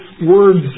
words